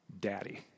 daddy